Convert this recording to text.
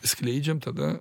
skleidžiam tada